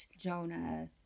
Jonah